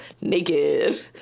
Naked